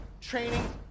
training